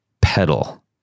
pedal